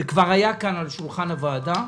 וכבר היה כאן על שולחן הוועדה.